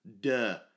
Duh